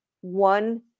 one